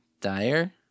Dire